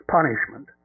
Punishment